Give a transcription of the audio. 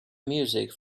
music